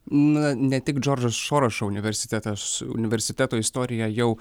na ne tik džordžo sorošo universitetas universiteto istorija jau